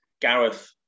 Gareth